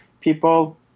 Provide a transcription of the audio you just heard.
people